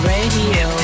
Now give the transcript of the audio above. Radio